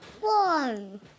One